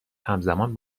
همزمان